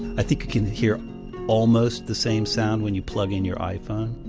i think you can hear almost the same sound when you plug in your iphone